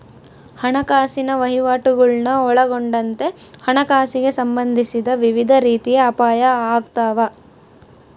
ಹಣಕಾಸಿನ ವಹಿವಾಟುಗುಳ್ನ ಒಳಗೊಂಡಂತೆ ಹಣಕಾಸಿಗೆ ಸಂಬಂಧಿಸಿದ ವಿವಿಧ ರೀತಿಯ ಅಪಾಯ ಆಗ್ತಾವ